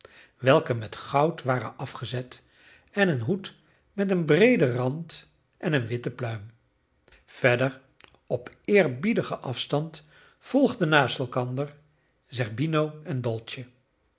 welke met goud waren afgezet en een hoed met een breeden rand en een witte pluim verder op eerbiedigen afstand volgden naast elkander zerbino en dolce